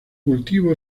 cultivo